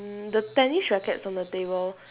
mm the tennis rackets on from the table